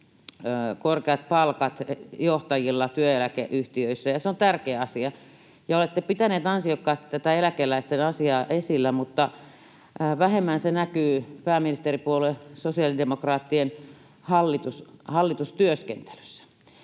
korkeat palkat johtajilla työeläkeyhtiöissä, ja se on tärkeä asia. Olette pitänyt ansiokkaasti tätä eläkeläisten asiaa esillä, mutta vähemmän se näkyy pääministeripuolue sosiaalidemokraattien hallitustyöskentelyssä.